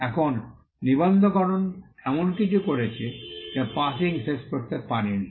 এখন নিবন্ধকরণ এমন কিছু করেছে যা পাসিং শেষ করতে পারে নি